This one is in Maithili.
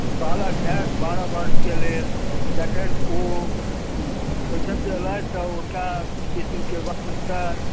बालक हैत बारह वर्षके लेल तखन ओ ओहिठामसे अएलथि तऽ ओ हुनका किछु दिनके बाद हुनकर